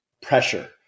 pressure